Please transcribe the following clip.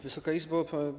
Wysoka Izbo!